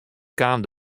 kaam